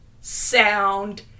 sound